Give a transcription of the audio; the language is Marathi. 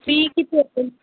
फी किती असेल